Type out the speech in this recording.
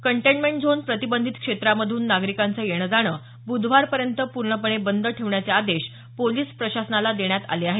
containment zone प्रतिबंधित क्षेत्रामधून नागरिकांचं येणं जाणं ब्रधवार पर्यंत पूर्णपणे बंद ठेवण्याचे आदेश पोलिस प्रशासनाला देण्यात आले आहेत